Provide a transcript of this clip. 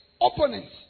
opponents